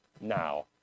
now